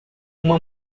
uma